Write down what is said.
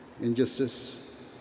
injustice